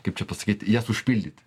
kaip čia pasakyt jas užpildyt